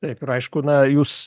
taip ir aišku na jūs